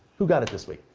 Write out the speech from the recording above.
who got it this week?